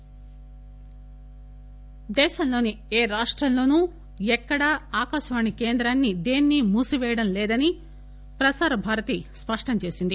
ప్రసార భారతి దేశంలోని ఏ రాష్టంలోనూ ఎక్కడా ఆకాశవాణి కేంద్రాన్ని దేన్ని మూసివేయటం లేదని ప్రసార భారతి స్పష్టం చేసింది